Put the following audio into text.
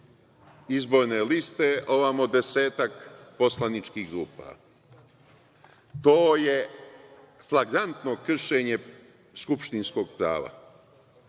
izborne liste, ovamo 10-ak poslaničkih grupa. To je flagrantno kršenje skupštinskog prava.